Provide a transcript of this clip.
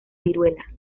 viruela